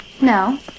No